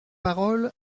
parole